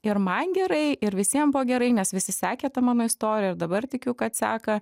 ir man gerai ir visiem buvo gerai nes visi sekė tą mano istoriją ir dabar tikiu kad seka